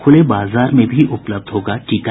खुले बाजार में भी उपलब्ध होगा टीका